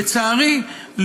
לצערי,